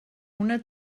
una